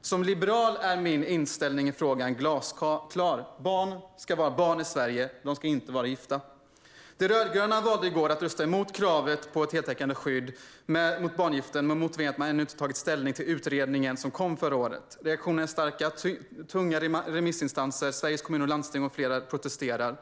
Som liberal är min inställning i frågan glasklar: Barn ska vara barn i Sverige, och de ska inte vara gifta. De rödgröna valde i går att rösta mot kravet på ett heltäckande skydd mot barnäktenskap med motiveringen att de ännu inte tagit ställning till den utredning som kom förra året. Reaktionerna är starka. Tunga remissinstanser, Sveriges Kommuner och Landsting med flera, protesterar.